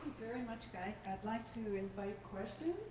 very much guy. i'd like to invite questions